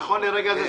נכון לרגע זה,